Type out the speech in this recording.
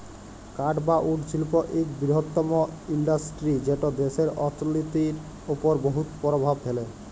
কাঠ বা উড শিল্প ইক বিরহত্তম ইল্ডাসটিরি যেট দ্যাশের অথ্থলিতির উপর বহুত পরভাব ফেলে